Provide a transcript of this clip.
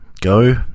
go